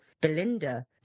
Belinda